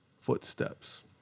footsteps